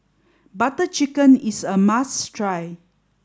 butter chicken is a must try